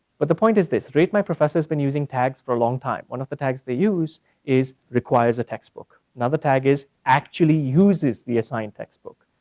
but the point is this, rate my professor's been using tags for a long time, one of the tags they use is requires a text book, another tag is actually uses the assigned text book.